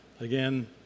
again